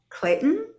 Clayton